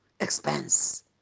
expense